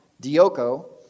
dioko